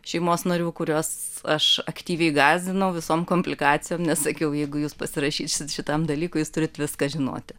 šeimos narių kuriuos aš aktyviai gąsdinau visom komplikacijom nes sakiau jeigu jūs pasirašysit šitam dalykui jūs turit viską žinoti